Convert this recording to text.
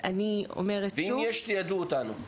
ואם יש תיידעו אותנו.